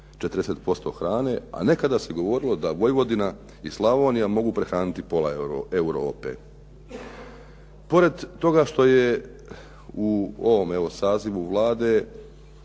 40% hrane, a nekada se govorilo da Vojvodina i Slavonija mogu prehraniti pola Europe. Pored toga što je u evo ovom sazivu Vlade